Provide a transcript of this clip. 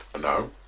No